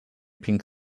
pink